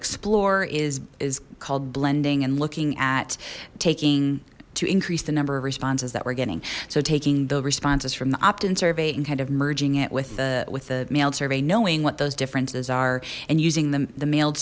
explore is is called blending and looking at taking to increase the number of responses that we're getting so taking the responses from the opt in survey and kind of merging it with the with the mailed survey knowing what those differences are and using them the mailed